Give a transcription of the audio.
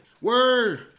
word